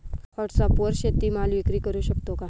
व्हॉटसॲपवर शेती माल विक्री करु शकतो का?